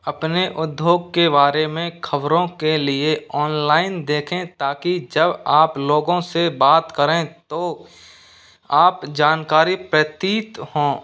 अपने उद्योग के बारे में खबरों के लिए ओनलाइन देखें ताकि जब आप लोगों से बात करें तो आप जानकारी प्रतीत हों